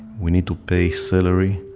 we need to pay salary,